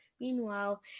Meanwhile